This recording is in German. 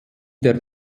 der